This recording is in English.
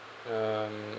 um